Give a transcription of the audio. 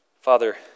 Father